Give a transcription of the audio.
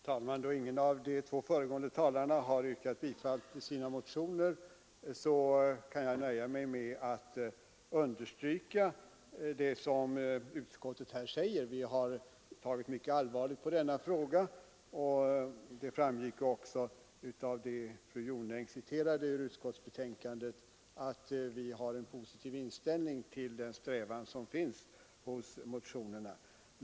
Herr talman! Eftersom ingen av de två föregående talarna har yrkat bifall till sin motion kan jag nöja mig med att understryka vad utskottet skrivit. Vi har tagit mycket allvarligt på denna fråga. Som framgick av det som fru Jonäng citerade ur utskottets betänkande har vi en mycket positiv inställning till den strävan som kommit till uttryck i motionerna.